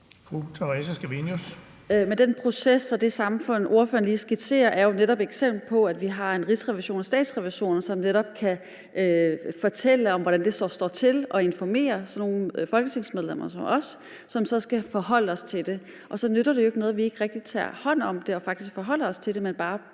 Men den proces og det samfund, ordføreren lige skitserer, er jo netop et eksemplificeret ved, at vi har en rigsrevision, Statsrevisorerne, som netop kan fortælle om, hvordan det så står til, og informere sådan nogle folketingsmedlemmer som os, som så skal forholde sig til det. Så nytter det jo ikke noget, at vi ikke rigtig tager hånd om det og faktisk ikke rigtig forholder os til det, men bare fortsætter